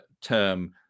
term